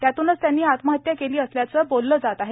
त्यातूनच त्यांनी आत्महत्या केली असल्याचे बोलले जात आहे